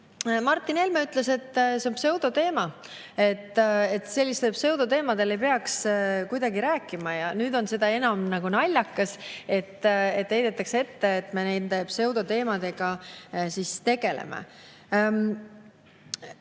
Martin Helme ütles, et see on pseudoteema, sellistel pseudoteemadel ei peaks rääkima. Ja nüüd on seda enam naljakas, et heidetakse ette, et me nende pseudoteemadega tegeleme.